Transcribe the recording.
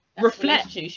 Reflect